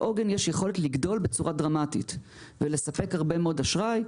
לעוגן יש יכולת לגדול בצורה דרמטית ולספק הרבה מאוד אשראי,